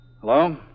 Hello